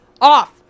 off